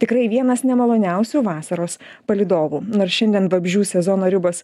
tikrai vienas nemaloniausių vasaros palydovų nors šiandien vabzdžių sezono ribos